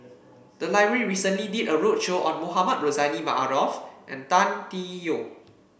the library recently did a roadshow on Mohamed Rozani Maarof and Tan Tee Yoke